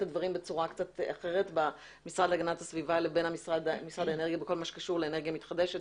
הדברים בצורה קצת אחרת בכל מה שקשור לאנרגיה מתחדשת